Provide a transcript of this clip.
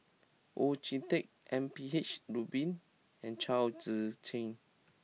Oon Jin Teik M P H Rubin and Chao Tzee Cheng